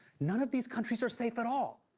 none of these countries are safe at all.